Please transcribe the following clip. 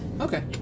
Okay